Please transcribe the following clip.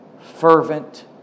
fervent